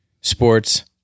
sports